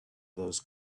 those